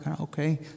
Okay